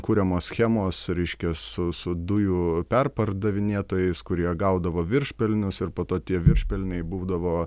kuriamos schemos reiškias su dujų perpardavinėtojais kurie gaudavo viršpelnius ir po to tie viršpelniai būdavo